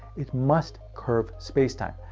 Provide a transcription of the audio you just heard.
it must curve space-time.